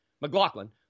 McLaughlin